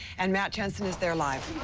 and matt jensen is there live.